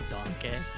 Donkey